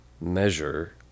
measure